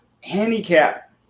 Handicap